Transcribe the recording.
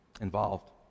involved